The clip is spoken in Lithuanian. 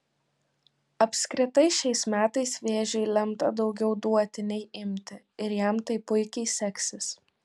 apskritai šiais metais vėžiui lemta daugiau duoti nei imti ir jam tai puikiai seksis